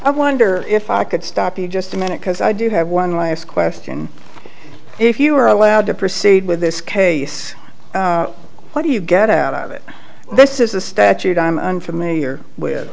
i wonder if i could stop you just a minute because i do have one last question if you are allowed to proceed with this case what do you get out of it this is a statute i'm unfamiliar with